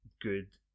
good